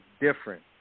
different